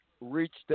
reached